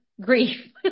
grief